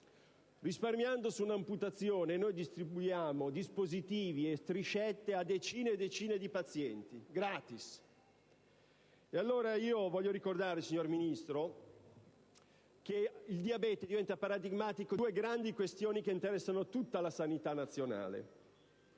risparmiando su un'amputazione distribuiamo gratis dispositivi e striscette a decine e decine di pazienti. Allora, voglio ricordare, signor Ministro, che il diabete diventa paradigmatico di due grandi questioni che interessano tutta la sanità nazionale,